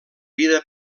vida